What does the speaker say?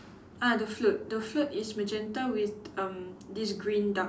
ah the float the float is magenta with um this green duck